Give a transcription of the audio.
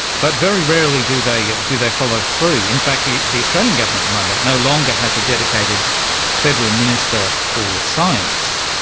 but very rarely do they yeah do they follow through. in fact the the australian government at the moment no longer has a dedicated federal minister for science.